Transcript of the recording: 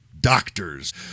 doctors